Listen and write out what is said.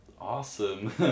awesome